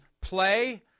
play